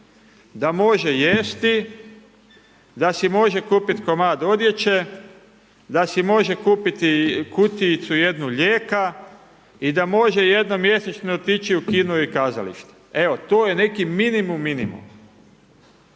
da može jesti, da si može kupiti komad odjeće, da si može kupiti kutijicu jednu lijeka i da može jednom mjesečno otići u kino i kazalište. Evo to je neki minimum minimuma.